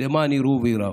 למען יראו וייראו.